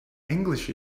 english